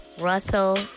Russell